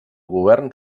govern